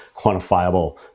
quantifiable